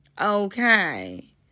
Okay